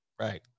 Right